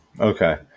Okay